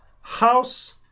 House